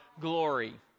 glory